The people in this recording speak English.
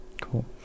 cool